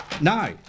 No